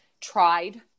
tried